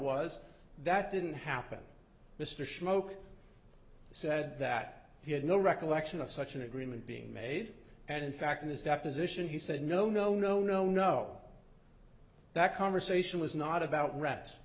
was that didn't happen mr schmoke said that he had no recollection of such an agreement being made and in fact in his deposition he said no no no no no that conversation was not about rats